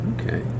Okay